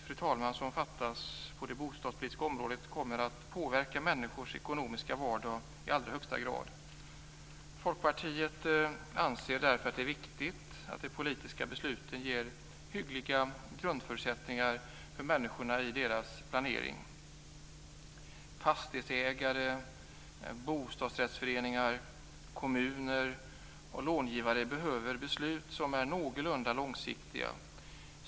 De beslut som fattas på det bostadspolitiska området påverkar människors ekonomiska vardag i allra högsta grad. Folkpartiet anser därför att det är viktigt att de politiska besluten ger hyggliga grundförutsättningar för människornas planering. Fastighetsägare, bostadsrättsföreningar, kommuner och långivare behöver kunna fatta någorlunda långsiktiga beslut.